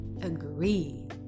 Agree